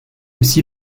aussi